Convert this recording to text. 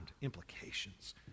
implications